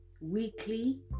weekly